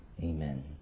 Amen